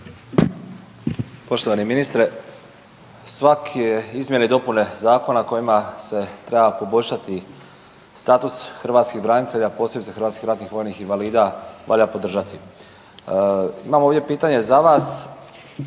Poštovani ministre, svake izmjene i dopune zakona kojima se treba poboljšati status hrvatskih branitelja, posebice HRVI-a, valja podržati. Imam ovdje pitanje za vas